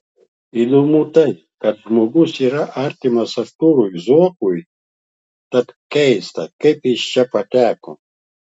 įdomu tai kad žmogus yra artimas artūrui zuokui tad keista kaip jis čia pateko